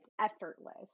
effortless